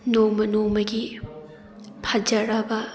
ꯅꯣꯡꯃ ꯅꯣꯡꯃꯒꯤ ꯐꯖꯔꯕ